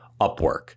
Upwork